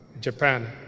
Japan